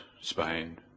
Spain